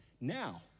now